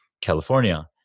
California